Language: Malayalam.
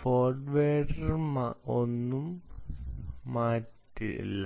ഫോർവേർഡർ ഒന്നും മാറ്റില്ല